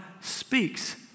speaks